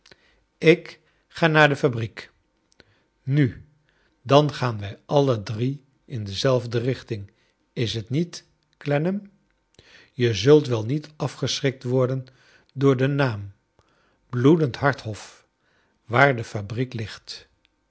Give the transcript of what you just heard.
ik ga naar de fabriek nu dan gaan wij alle drie in dezelfde richting is t niet clennam je zult wel niet afgeschrikt worden door den naam bloedendhart hof waar de fabriek ligt